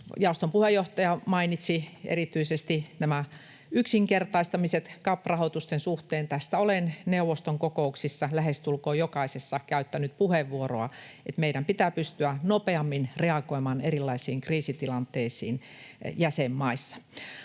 jaoston puheenjohtaja mainitsi erityisesti nämä yksinkertaistamiset CAP-rahoitusten suhteen. Tästä olen neuvoston kokouksissa, lähestulkoon jokaisessa, käyttänyt puheenvuoroa, että meidän pitää pystyä nopeammin reagoimaan erilaisiin kriisitilanteisiin jäsenmaissa.